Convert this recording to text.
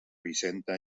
vicenta